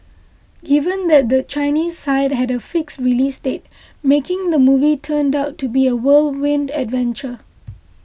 given that the Chinese side had a fixed release date making the movie turned out to be a whirlwind adventure